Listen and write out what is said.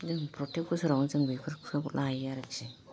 जों प्रटेक बोसोरावनो जों बेफोरखौसो लायो आरखि